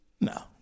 No